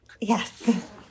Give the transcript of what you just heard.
yes